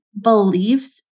beliefs